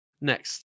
Next